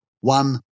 One